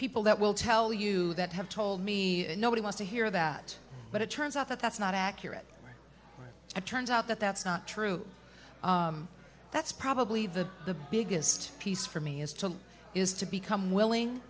people that will tell you that have told me nobody wants to hear that but it turns out that that's not accurate and turns out that that's not true that's probably the the biggest piece for me is to is to become willing